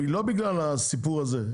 לא בגלל הסיפור הזה,